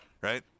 right